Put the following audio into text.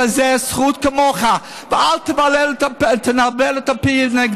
יש לי בבית הזה זכות כמוך, ואל תנבל את הפה נגדי.